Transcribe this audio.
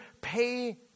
Pay